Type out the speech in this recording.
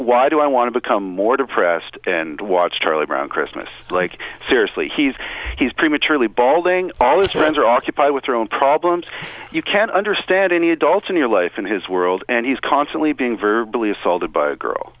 why do i want to become more depressed and watched early brown christmas like seriously he's he's prematurely balding i was friends are occupied with your own problems you can't understand any adult in your life in his world and he's constantly being verbally assaulted by a girl